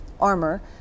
armor